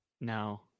No